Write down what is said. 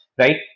right